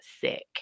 sick